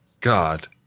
God